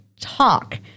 talk